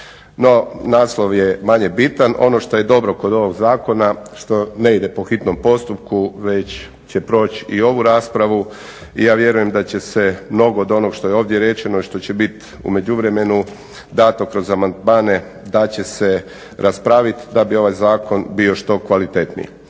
No, naslov je manje bitan. Ono što je dobro kod ovog zakona što ne ide po hitnom postupku već će proći i ovu raspravu. I ja vjerujem da će se mnogo od onog što je ovdje rečeno i što će bit u međuvremenu dato kroz amandmane da će se raspraviti da bi ovaj zakon bio što kvalitetniji.